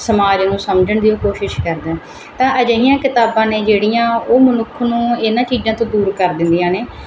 ਸਮਾਜ ਨੂੰ ਸਮਝਣ ਦੀ ਉਹ ਕੋਸ਼ਿਸ਼ ਕਰਦਾ ਤਾਂ ਅਜਿਹੀਆਂ ਕਿਤਾਬਾਂ ਨੇ ਜਿਹੜੀਆਂ ਉਹ ਮਨੁੱਖ ਨੂੰ ਇਹਨਾਂ ਚੀਜ਼ਾਂ ਤੋਂ ਦੂਰ ਕਰ ਦਿੰਦੀਆਂ ਨੇ